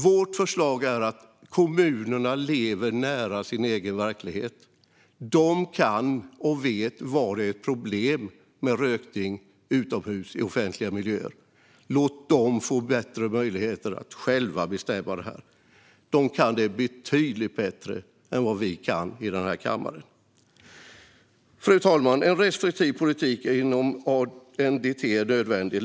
Vårt förslag är att kommunerna som lever nära sin egen verklighet och vet var det är problem med rökning utomhus i offentliga miljöer ska få bättre möjligheter att själva bestämma det här. De kan det betydligt bättre än vad vi kan i den här kammaren. Fru talman! En restriktiv politik inom ANDT är nödvändig.